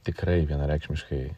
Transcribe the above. tikrai vienareikšmiškai